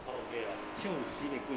他 okay ah